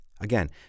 Again